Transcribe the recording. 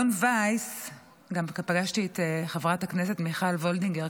גם פגשתי את חברת הכנסת מיכל וולדיגר.